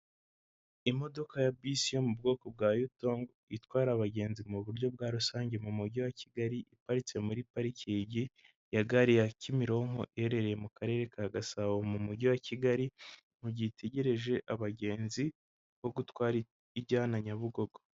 Imodoka ya bisi yo mu bwoko bwa Yutongo itwara abagenzi mu buryo bwa rusange mu mujyi wa Kigali, iparitse muri parikingi ya gare ya Kimironko, iherereye mu Karere ka Gasabo mu mujyi wa Kigali, mu gihe itegereje abagenzi bo gutwara ijyana Nyabugogo.